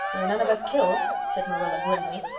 we're none of us killed, said marilla grimly,